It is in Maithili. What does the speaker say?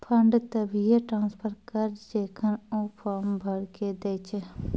फंड तभिये ट्रांसफर करऽ जेखन ऊ फॉर्म भरऽ के दै छै